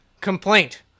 Complaint